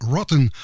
Rotten